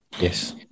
Yes